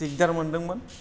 दिगदार मोनदोंमोन